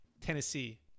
Tennessee